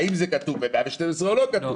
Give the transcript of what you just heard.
האם זה כתוב בסעיף 112 או לא כתוב?